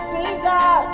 Jesus